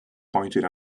pointed